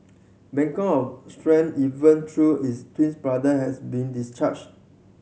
beacon of strength even though his twins brother has been discharged